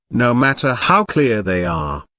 no matter how clear they are,